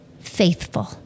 faithful